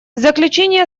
заключение